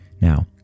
Now